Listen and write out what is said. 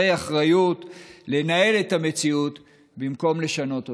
אחריות לנהל את המציאות במקום לשנות אותה.